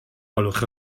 gwelwch